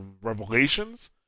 Revelations